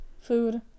food